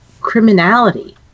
criminality